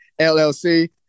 LLC